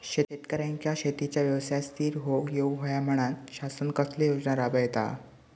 शेतकऱ्यांका शेतीच्या व्यवसायात स्थिर होवुक येऊक होया म्हणान शासन कसले योजना राबयता?